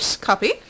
Copy